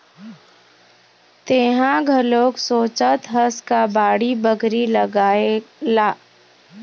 तेंहा घलोक सोचत हस का बाड़ी बखरी लगाए ला?